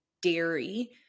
dairy